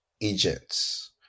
agents